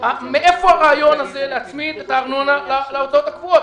מאיפה הרעיון הזה להצמיד את הארנונה להוצאות הקבועות?